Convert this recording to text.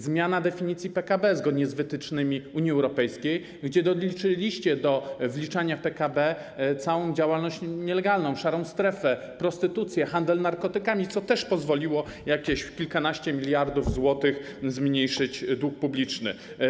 Zmiana definicji PKB zgodnie z wytycznymi Unii Europejskiej - doliczyliście do wliczania do PKB całą działalność nielegalną, szarą strefę, prostytucję, handel narkotykami, co też pozwoliło o jakieś kilkanaście miliardów złotych zmniejszyć dług publiczny.